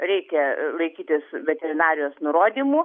reikia laikytis veterinarijos nurodymų